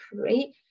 create